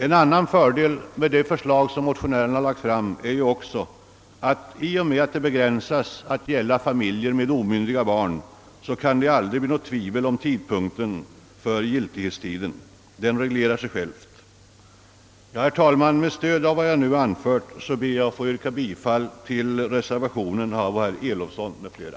En annan fördel med det förslag som motionärerna lagt fram är också att det, i och med att dispensen begränsas till att gälla familjer med omyndiga barn, aldrig kan uppstå någon tveksamhet med tiden för dess giltighet. Detta reglerar sig självt. Med stöd av vad jag nu anfört ber jag att få yrka bifall till reservationen av herr Elofsson m.fl.